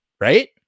right